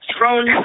thrown